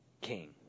king